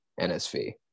NSV